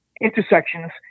intersections